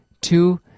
two